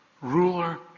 ruler